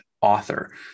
author